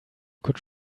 could